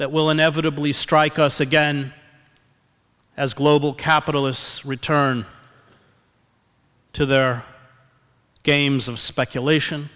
that will inevitably strike us again as global capitalism return to their games of speculation